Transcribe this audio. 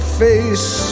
face